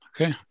Okay